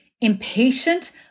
impatient